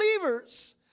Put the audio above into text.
believers